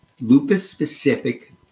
lupus-specific